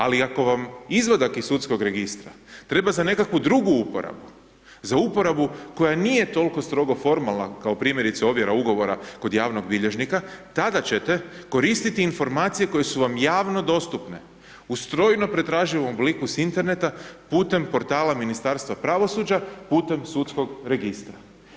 Ali ako vam izvadak iz sudsko registra treba za nekakvu drugu uporabu, za uporabu koja nije toliko strogo formalna kao primjerice ovjera Ugovora kod javnog bilježnika, tada ćete koristiti informacije koje su vam javno dostupne, u strojno pretraživom obliku s interneta putem portala Ministarstva pravosuđa, putem sudskog registra.